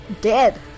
Dead